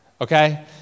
Okay